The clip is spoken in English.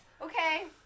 Okay